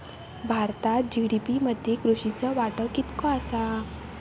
भारतात जी.डी.पी मध्ये कृषीचो वाटो कितको आसा?